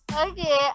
okay